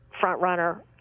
front-runner